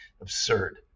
absurd